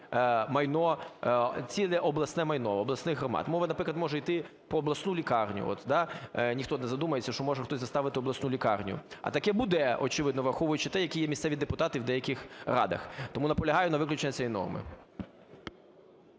майно, цінне обласне майно, обласних громад. Мова, наприклад, може йти про обласну лікарню, да, ніхто не задумається, що може хтось заставити обласну лікарню. А таке буде, очевидно, враховуючи те, які є місцеві депутати в деяких радах. Тому наполягаю на виключенні цієї норми.